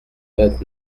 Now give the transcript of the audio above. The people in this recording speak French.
vingt